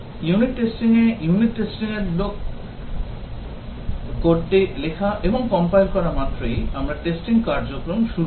Unit testing এ ইউনিটের কোডটি লেখা এবং compile করা মাত্রই আমরা testing কার্যক্রম শুরু করি